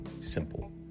simple